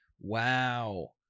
Wow